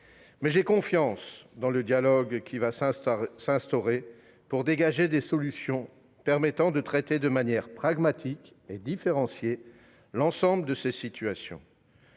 Mais j'ai confiance dans le dialogue qui va s'instaurer pour dégager des solutions permettant de traiter de manière pragmatique et différenciée l'ensemble de ces situations-